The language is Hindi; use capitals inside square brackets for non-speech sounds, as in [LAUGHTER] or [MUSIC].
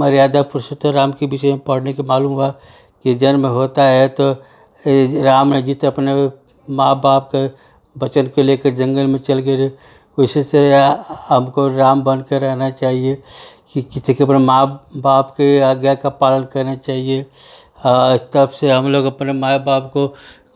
मर्यादा पुरषोत्तम राम के विषय में पढ़ने के मालूम हुआ कि जन्म होता है तो ये राम जी तो अपने वो माँ बाप के बचन के लेकर जंगल में चल गए रे उसी तरह हमको राम बन कर रहना चाहिए कि [UNINTELLIGIBLE] माँ बाप के आज्ञा का पालन करना चाहिए तबसे हम लोग अपने माई बाप को